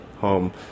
home